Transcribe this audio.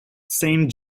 saint